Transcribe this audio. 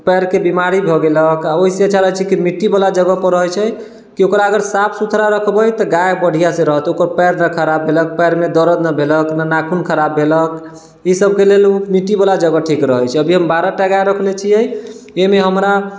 पैरके बीमारी हो गेलऽ ओहिसँ अच्छा रहैत छै की मिट्टीवाला जगह पर रहैत छै कि ओकरा अगर साफ सुथरा रखबै तऽ गाय बढ़िआँसँ रहत ओकर पैर नहि खराब भेलक पैरमे दरद नहि भेलक नहि नाखून खराब भेलक ई सबके लेल ओ मिट्टीवाला जगह ठीक रहैत छै अभी हम बारहटा गाय रखले छियै एहिमे हमरा